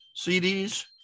CDs